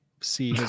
see